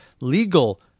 legal